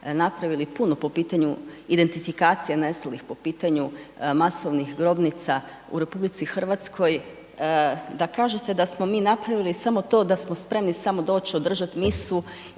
napravili puno po pitanju identifikacija nestalih, po pitanju masovnih grobnica u RH, da kažete da smo mi napravili samo to da smo spremni samo doć, održat misu